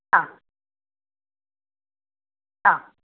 ആ ആ